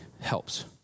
helps